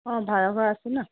অঁ ভাড়াঘৰ আছে ন